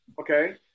okay